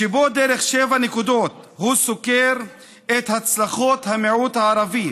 שבו דרך שבע נקודות הוא סוקר את הצלחות המיעוט הערבי,